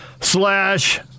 slash